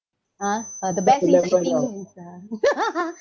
uh ha the best things is I think is a